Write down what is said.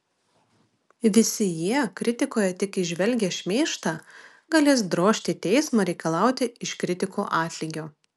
visi jie kritikoje tik įžvelgę šmeižtą galės drožti į teismą reikalauti iš kritikų atlygio